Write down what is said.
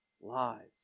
lives